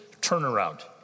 turnaround